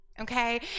Okay